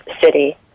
city